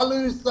מה לא יושם,